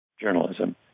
journalism